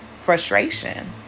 frustration